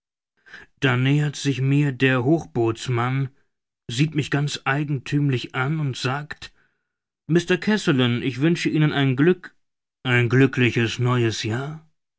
da nähert sich mir der hochbootsmann sieht mich ganz eigenthümlich an und sagt mr kazallon ich wünsche ihnen einen glück ein glückliches neues jahr